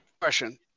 question